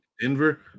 Denver